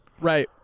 right